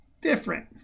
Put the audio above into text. different